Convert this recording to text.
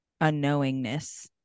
unknowingness